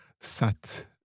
Sat